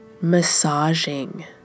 massaging